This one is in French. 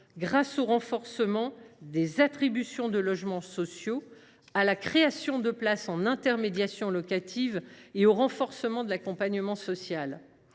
grâce à l’essor des attributions de logements sociaux, à la création de places en intermédiation locative et au renforcement de l’accompagnement social.